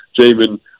Jamin